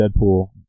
Deadpool